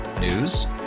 News